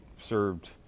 served